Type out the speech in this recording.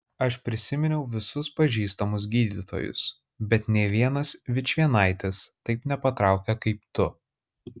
aš prisiminiau visus pažįstamus gydytojus bet nė vienas vičvienaitis taip nepatraukia kaip tu